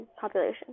population